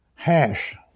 hash